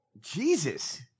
Jesus